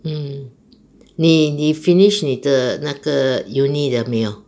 mm 你你 finish 你的那个 uni 了没有